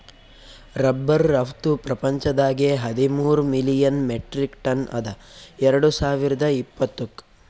rubber ರಫ್ತು ಪ್ರಪಂಚದಾಗೆ ಹದಿಮೂರ್ ಮಿಲಿಯನ್ ಮೆಟ್ರಿಕ್ ಟನ್ ಅದ ಎರಡು ಸಾವಿರ್ದ ಇಪ್ಪತ್ತುಕ್